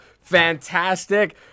Fantastic